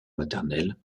maternelle